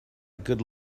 good